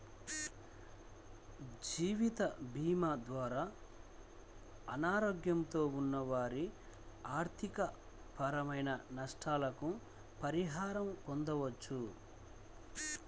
జీవితభీమా ద్వారా అనారోగ్యంతో ఉన్న వారి ఆర్థికపరమైన నష్టాలకు పరిహారం పొందవచ్చు